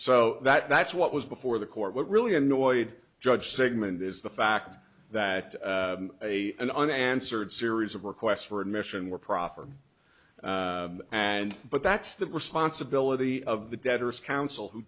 so that that's what was before the court really annoyed judge sigmond is the fact that an unanswered series of requests for admission were proffered and but that's the responsibility of the debtors counsel who